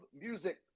music